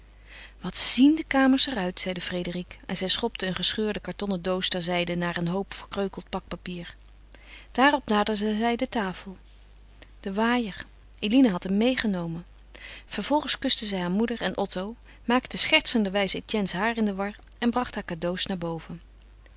wat zien de kamers er uit zeide frédérique en zij schopte een gescheurde kartonnen doos terzijde naar een hoop verkreukeld pakpapier daarop naderde zij de tafel de waaier eline had hem meêgenomen vervolgens kuste zij haar moeder en otto maakte schertsenderwijze etienne's haar in de war en bracht haar cadeaux naar boven